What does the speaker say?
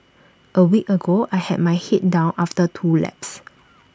A week ago I had my Head down after two laps